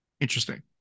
Interesting